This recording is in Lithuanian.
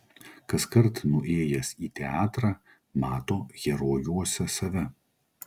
kaskart nuėjęs į teatrą mato herojuose save